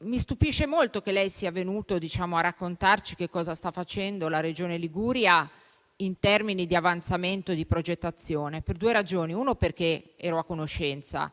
Mi stupisce molto che sia venuto a raccontarci cosa sta facendo la Regione Liguria in termini di avanzamento e progettazione, per due ragioni. La prima è che ne ero a conoscenza,